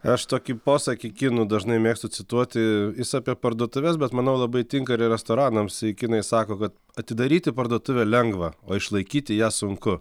aš tokį posakį kinų dažnai mėgstu cituoti jis apie parduotuves bet manau labai tinka ir restoranams kinai sako kad atidaryti parduotuvę lengva o išlaikyti ją sunku